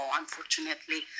unfortunately